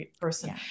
person